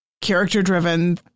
character-driven